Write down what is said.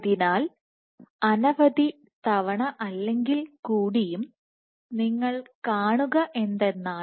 അതിനാൽ അനവധി തവണ അല്ലെങ്കിൽ കൂടിയും നിങ്ങൾ കാണുക എന്തെന്നാൽ